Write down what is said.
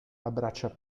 abbraccia